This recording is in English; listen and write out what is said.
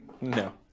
No